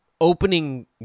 opening